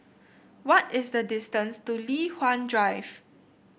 what is the distance to Li Hwan Drive